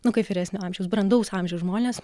nu kaip vyresnio amžiaus brandaus amžiaus žmones